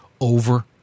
over